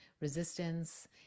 resistance